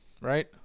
right